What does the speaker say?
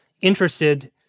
interested